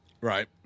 Right